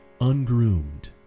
ungroomed